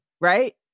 right